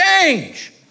change